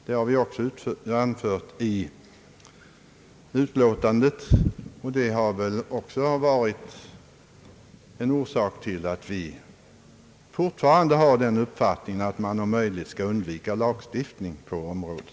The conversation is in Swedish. Detta har vi anfört i utskottsutlåtandet, och det är också en orsak till att vi fortfarande har uppfattningen att man om möjligt skall undvika lagstiftning på området.